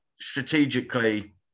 strategically